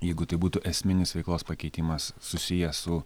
jeigu tai būtų esminis veiklos pakeitimas susijęs su